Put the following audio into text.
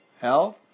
health